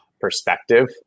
perspective